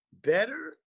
Better